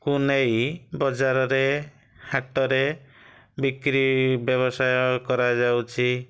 କୁ ନେଇ ବଜାରରେ ହାଟରେ ବିକ୍ରି ବ୍ୟବସାୟ କରାଯାଉଛି